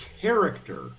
character